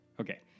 okay